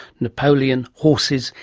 napoleon, horses,